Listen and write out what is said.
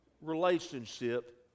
relationship